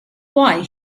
why